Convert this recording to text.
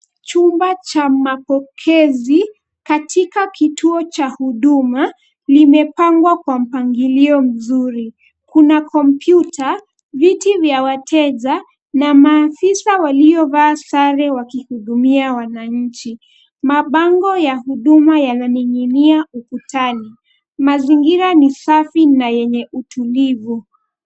Chumba cha mapokezi katika kituo cha Huduma kimepangwa kwa mpangilio mzuri, kuna kompyuta, viti vya wateja na maafisa waliovaa sare wakihudumia wananchi, mabango ya huduma yananing'inia ukutani, mazingira ni safi na yenye utulivu.